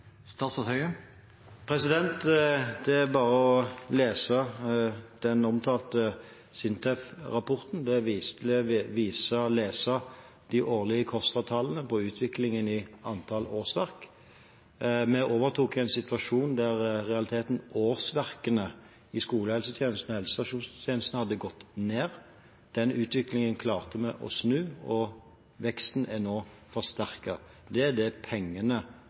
bare å lese den omtalte SINTEF-rapporten og lese de årlige KOSTRA-tallene på utviklingen i antall årsverk. Vi overtok i en situasjon der årsverkene i skolehelsetjenesten og helsestasjonstjenesten i realiteten hadde gått ned. Den utviklingen klarte vi å snu, og veksten er nå forsterket. Det er det pengene